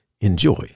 Enjoy